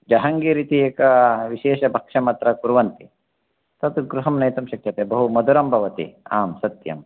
जहाङ्गीर् इति एकं विशेषभक्षम् अत्र कुर्वन्ति तत् गृहं नेतुं शक्यते तत् बहु मधुरं भवति आम् सत्यम्